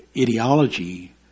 ideology